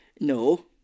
no